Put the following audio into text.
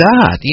God